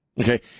Okay